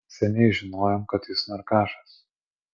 seniai žinojom kad jis narkašas